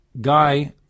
guy